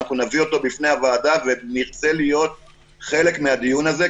נביא אותו בפני הוועדה ונרצה להיות חלק מהדיון הזה,